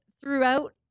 throughout